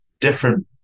different